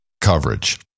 coverage